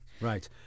Right